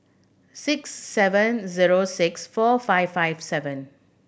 six seven zero six four five five seven